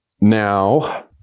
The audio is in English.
Now